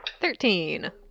Thirteen